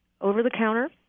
over-the-counter